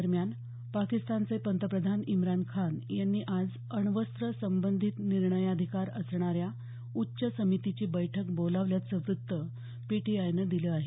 दरम्यान पाकिस्तानचे पंतप्रधान इम्रान खान यांनी आज अण्वस्त्र संबंधित निर्णयाधिकार असणाऱ्या उच्च समितीची बैठक बोलावल्याचं वृत्त पीटीआयनं दिलं आहे